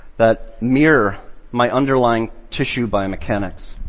that mirror my underlying tissue biomechanics.